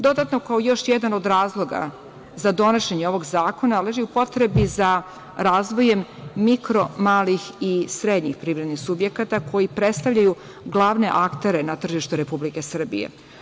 Dodatno, kao još jedan od razloga za donošenje ovog zakona, leži u potrebi za razvojem mikro, malih i srednjih privrednih subjekata koji predstavljaju glavne aktere na tržištu Republike Srbije.